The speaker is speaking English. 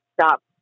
stop